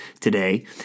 today